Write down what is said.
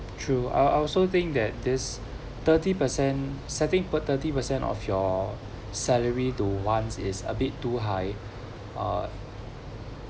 true I I also think that this thirty per cent setting per thirty per cent of your salary to ones is a bit too high uh